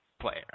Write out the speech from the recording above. player